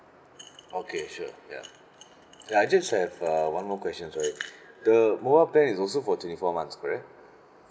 okay sure ya ya I just have uh one more question sorry the mobile plan is also for twenty four months correct